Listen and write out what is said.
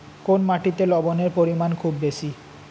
কোন মাটিতে লবণের পরিমাণ খুব বেশি?